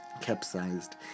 capsized